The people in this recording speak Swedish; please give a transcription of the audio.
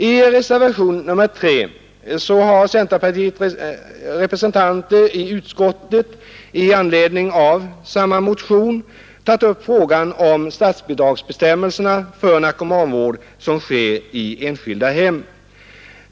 I reservationen 3 har centerpartiets representanter i utskottet i anledning av motionen 1625 tagit upp frågan om statsbidragsbestämmelserna för narkomanvård som sker i enskilda hem.